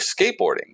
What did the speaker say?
skateboarding